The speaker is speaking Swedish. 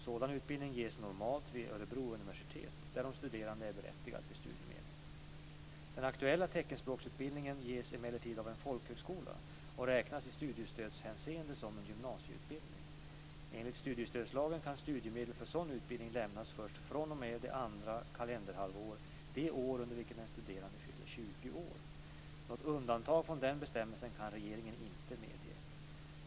Sådan utbildning ges normalt vid Örebro universitet där de studerande är berättigade till studiemedel. Den aktuella teckenspråksutbildningen ges emellertid av en folkhögskola och räknas i studiestödshänseende som gymnasieutbildning. Enligt studiestödslagen kan studiemedel för sådan utbildning lämnas först fr.o.m. det andra kalenderhalvår det år under vilket den studerande fyller 20 år. Något undantag från denna bestämmelse kan regeringen inte medge.